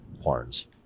horns